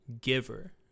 giver